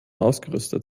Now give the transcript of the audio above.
ausgerüstet